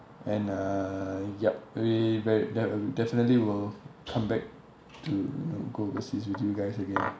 and uh yup we ve~ de~ definitely will come back to you know go overseas with you guys again